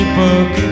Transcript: book